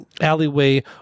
alleyway